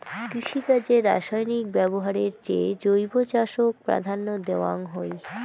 কৃষিকাজে রাসায়নিক ব্যবহারের চেয়ে জৈব চাষক প্রাধান্য দেওয়াং হই